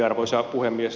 arvoisa puhemies